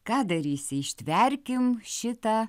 ką darysi ištverkim šitą